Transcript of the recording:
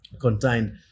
contained